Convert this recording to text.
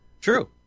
True